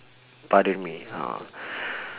pardon me uh